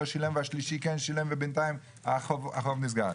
שילם והשלישי כן שילם ובינתיים החוב נסגר.